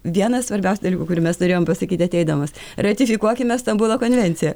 vienas svarbiausių dalykų kurį mes norėjom pasakyti ateidamos ratifikuokime stambulo konvenciją